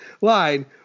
line